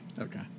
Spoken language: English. Okay